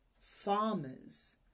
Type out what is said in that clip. Farmers